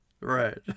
Right